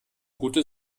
gute